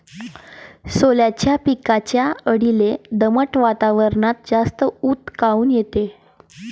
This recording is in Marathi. सोल्याच्या पिकावरच्या अळीले दमट वातावरनात जास्त ऊत काऊन येते?